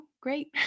great